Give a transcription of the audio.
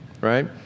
Right